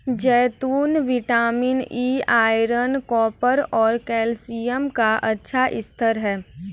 जैतून vitamin E, iron, copper और calcium का अच्छा स्रोत हैं